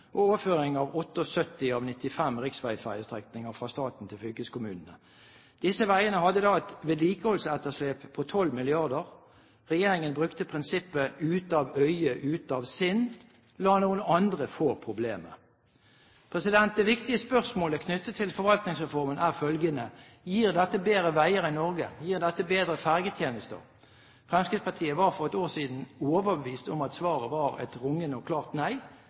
og overføring av 78 av 95 riksfergestrekninger fra staten til fylkeskommunene. Disse veiene hadde da et vedlikeholdsetterslep på 12 mrd. kr. Regjeringen brukte prinsippet: ute av øye, ute av sinn – la noen andre få problemet. Det viktige spørsmålet knyttet til Forvaltningsreformen er følgende: Gir dette bedre veier i Norge? Gir dette bedre fergetjenester? Fremskrittspartiet var for et år siden overbevist om at svaret var et rungende og klart nei,